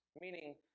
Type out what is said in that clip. meaning